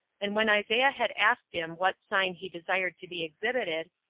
and when isaiah had asked him what sign he desired to be exhibited,